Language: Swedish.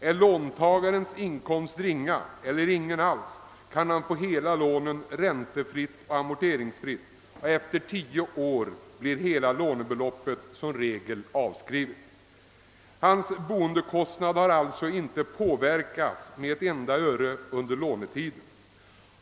Är låntagarens inkomst ringa eller ingen alls kan vederbörande få hela lånet ränteoch amorteringsfritt, och efter tio år blir hela beloppet som regel avskrivet. Boendekostnaden har alltså inte påverkats med ett enda öre under lånetiden.